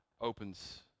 opens